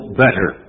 better